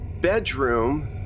bedroom